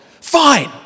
fine